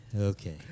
Okay